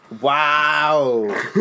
Wow